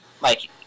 Mike